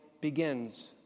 begins